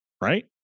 right